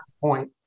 point